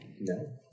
No